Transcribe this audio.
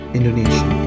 Indonesia